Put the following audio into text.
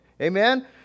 Amen